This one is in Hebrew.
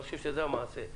אני חושב שזה המעשה.